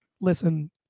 listen